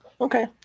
Okay